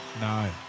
No